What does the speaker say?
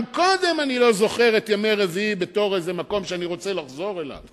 גם קודם אני לא זוכר את ימי רביעי בתור מקום שאני רוצה לחזור אליו,